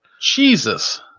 Jesus